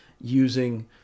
using